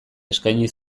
eskaini